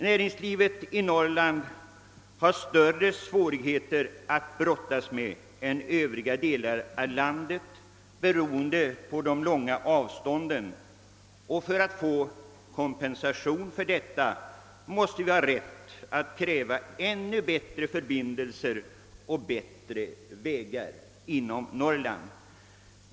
Näringslivet i Norrland har där till följd av de långa avstånden större svårigheter att brottas med än övriga delar av landet. För att få kompensation för detta måste vi ha rätt att kräva ännu bättre förbindelser och ännu bättre vägar i Norrland.